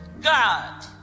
God